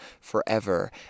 forever